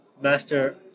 master